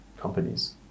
companies